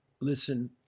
listen